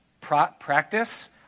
practice